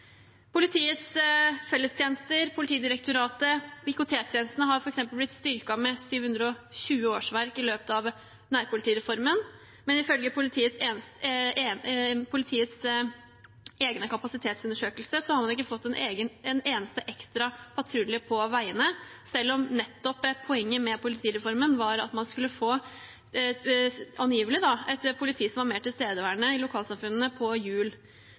Politiets Fellestjenester, Politidirektoratet og Politiets IKT-tjenester har f.eks. blitt styrket med 720 årsverk i løpet av nærpolitireformen, men ifølge politiets egen kapasitetsundersøkelse har man ikke fått en eneste ekstra patrulje på veiene, selv om poenget med politireformen nettopp var at man – angivelig – skulle få et politi som var mer tilstedeværende i lokalsamfunnene, på